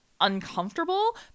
uncomfortable